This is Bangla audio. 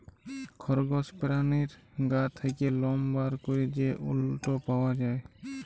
খরগস পেরানীর গা থ্যাকে লম বার ক্যরে যে উলট পাওয়া যায়